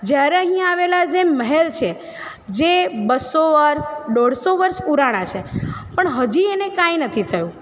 જ્યારે અહીંયા આવેલા જે મહેલ છે જે બસ્સો વર્ષ દોઢસો વર્ષ પુરાણા છે પણ હજી એને કંઇ નથી થયું